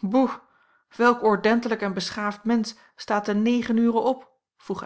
boe welk ordentelijk en beschaafd mensch staat te negen ure op vroeg